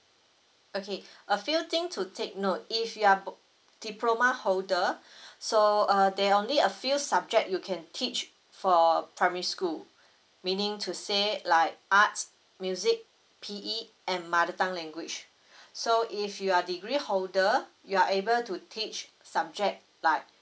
okay a few thing to take note if you are diploma holder so err there are only a few subject you can teach for primary school meaning to say like arts music P_E and mother tongue language so if you are degree holder you are able to teach subject like